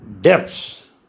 depths